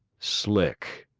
slick,